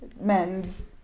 Men's